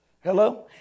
Hello